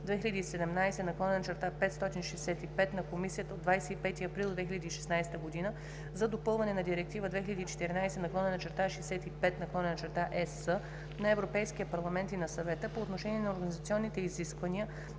на Комисията от 25 април 2016 г. за допълване на Директива 2014/65/ЕС на Европейския парламент и на Съвета по отношение на организационните изисквания